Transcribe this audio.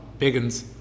Biggins